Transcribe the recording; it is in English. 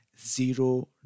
zero